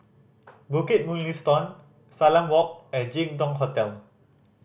Bukit Mugliston Salam Walk and Jin Dong Hotel